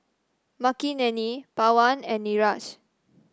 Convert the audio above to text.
Makineni Pawan and Niraj